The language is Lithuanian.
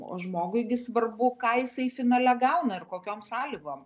o žmogui gi svarbu ką jisai finale gauna ir kokiom sąlygom